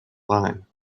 line